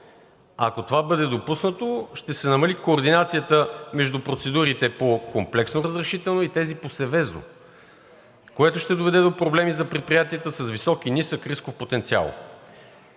Ако това бъде допуснато, ще се намали координацията между процедурите по комплексни разрешителни и тези по Севезо, което ще доведе до проблеми за предприятия с висок и нисък рисков потенциал.